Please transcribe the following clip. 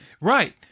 right